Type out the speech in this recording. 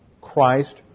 Christ